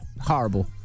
Horrible